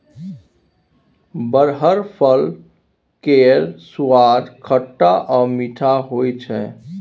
बरहर फल केर सुआद खट्टा आ मीठ होइ छै